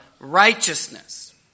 Righteousness